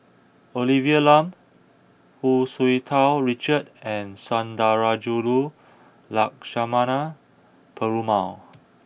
Olivia Lum Hu Tsu Tau Richard and Sundarajulu Lakshmana Perumal